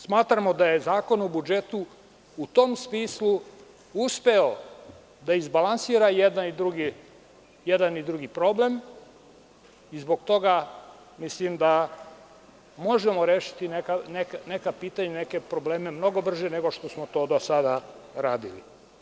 Smatramo da je Zakon o budžetu u tom smislu uspeo da izbalansira jedan i drugi problem i zbog toga mislim da možemo rešiti neka pitanja, neke probleme mnogo brže nego što smo to do sada radili.